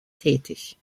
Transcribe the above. tätig